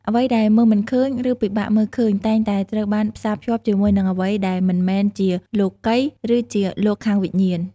អ្វីដែលមើលមិនឃើញ ឬពិបាកមើលឃើញ តែងតែត្រូវបានផ្សារភ្ជាប់ជាមួយនឹងអ្វីដែលមិនមែនជាលោកិយ ឬជាលោកខាងវិញ្ញាណ ។